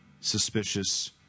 suspicious